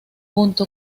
junto